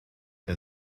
and